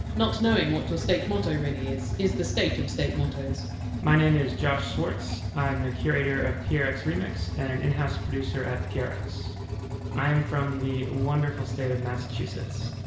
not knowing what your state motto really is is the state of state mottos my name is josh swartz i'm the curator of prx remix and an in-house producer at prx. i am from the wonderful state of massachusetts.